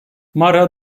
mara